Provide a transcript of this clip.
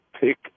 pick